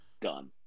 done